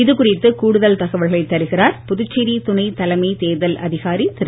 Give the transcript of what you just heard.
இதுகுறித்து கூடுதல் தகவல்களை தருகிறார் புதுச்சேரி துணை தலைமை தேர்தல் அதிகாரி திரு